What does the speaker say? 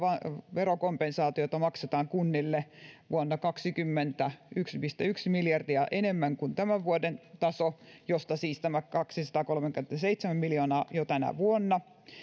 verokompensaatiota maksetaan vuonna kaksikymmentä kunnille yksi pilkku yksi miljardia enemmän kuin tämän vuoden taso josta siis tämä kaksisataakolmekymmentäseitsemän miljoonaa jo tänä vuonna